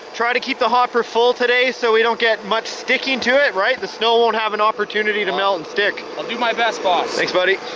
try to keep the hopper full today so we don't get much sticking to it, right? the snow won't have an opportunity to melt and stick. well, i'll do my best, boss. thanks, buddy.